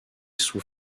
sous